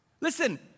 listen